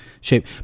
shape